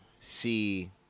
see